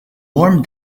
warm